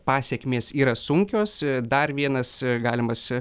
pasekmės yra sunkios dar vienas galimas